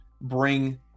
bring